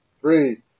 Three